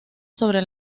sobre